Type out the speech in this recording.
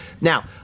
Now